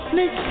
Miss